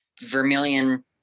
vermilion